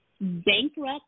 bankrupt